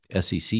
SEC